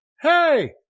hey